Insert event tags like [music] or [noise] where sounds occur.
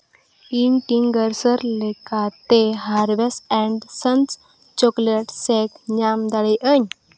ᱤᱧ ᱠᱤ [unintelligible] ᱞᱮᱠᱟᱛᱮ harvest and sons chocolate shake ᱧᱟᱢ ᱫᱟᱲᱮᱭᱟᱜᱼᱟᱹᱧ